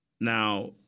Now